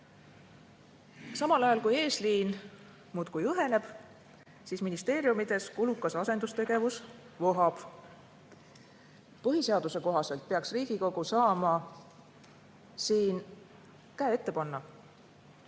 Samal ajal kui eesliin muudkui õheneb, vohab ministeeriumides kulukas asendustegevus. Põhiseaduse kohaselt peaks Riigikogu saama siin käe ette panna.